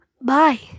Bye